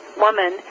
woman